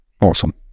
Awesome